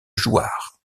jouarre